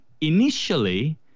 Initially